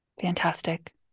Fantastic